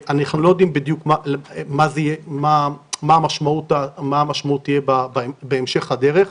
אנחנו לא יודעים בדיוק מה המשמעות תהיה בהמשך הדרך,